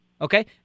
Okay